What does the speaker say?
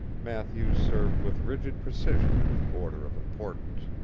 matthews served with rigid precision in the order of importance,